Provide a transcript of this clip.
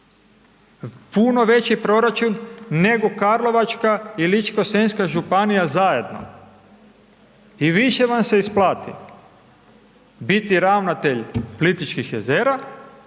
Puno veći proračun nego Karlovačka i Ličko-senjska županija zajedno. I više vam se isplati biti ravnatelj Plitvičkih jezera